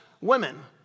women